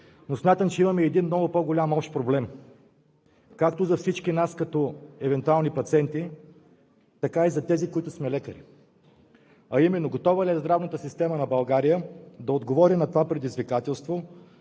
обаче, че имаме един много по-голям общ проблем както за всички нас като евентуални пациенти, така и за тези, които сме лекари, а именно: готова ли е здравната система на България да отговори на това предизвикателство?